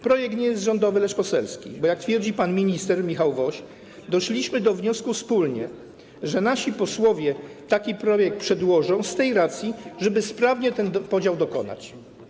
Projekt nie jest rządowy, lecz poselski, bo, jak twierdzi pan minister Michał Woś, „doszliśmy do wniosku wspólnie, że nasi posłowie taki projekt przedłożą, z tej racji, żeby sprawnie tego podziału dokonać”